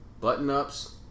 button-ups